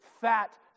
fat